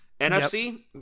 NFC